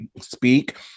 speak